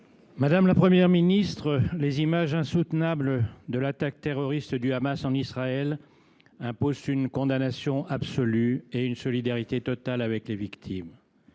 Madame la Première ministre, les images insoutenables de l’attaque terroriste du Hamas en Israël imposent une condamnation absolue et une solidarité totale avec les victimes.